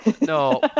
no